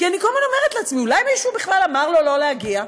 אני כל הזמן אומרת לעצמי: אולי מישהו בכלל אמר לו לא להגיע?